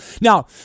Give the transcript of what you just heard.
Now